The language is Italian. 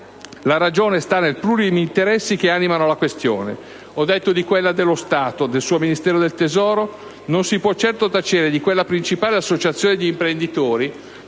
la ragione sta nei plurimi interessi che animano la questione: ho detto di quella dello Stato, del suo Ministero del tesoro; non si può certo tacere di quella della principale associazione di imprenditori,